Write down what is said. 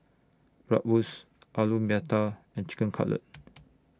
Bratwurst Alu Matar and Chicken Cutlet